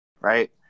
Right